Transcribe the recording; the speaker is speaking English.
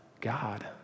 God